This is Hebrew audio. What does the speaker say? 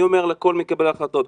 אני אומר לכל מקבלי ההחלטות,